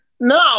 No